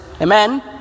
amen